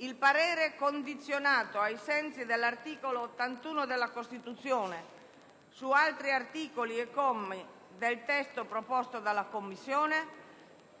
il parere condizionato ai sensi dell'articolo 81 della Costituzione su altri articoli e commi del testo proposto dalla Commissione,